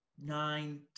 nine